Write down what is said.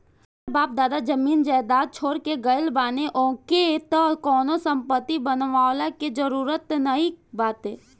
जेकर बाप दादा जमीन जायदाद छोड़ के गईल बाने ओके त कवनो संपत्ति बनवला के जरुरत नाइ बाटे